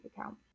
account